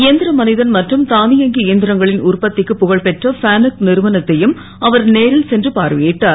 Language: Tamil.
இயந் ர ம தன் மற்றும் தா யங்கி இயந் ரங்களின் உற்பத் க்கு புக பெற்ற ஃபேனக் றுவனத்தையும் அவர் நேரில் சென்று பார்வை ட்டார்